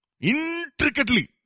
Intricately